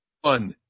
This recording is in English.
one